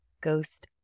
ghost